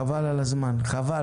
--- חבל על הזמן, חבל.